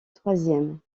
troisième